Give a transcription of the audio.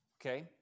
Okay